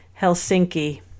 Helsinki